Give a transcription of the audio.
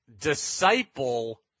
disciple